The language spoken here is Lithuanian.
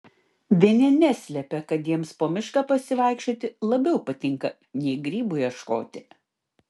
vieni neslepia kad jiems po mišką pasivaikščioti labiau patinka nei grybų ieškoti